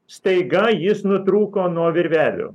staiga jis nutrūko nuo virvelių